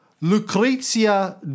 Lucrezia